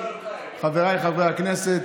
חבריי חברי הכנסת,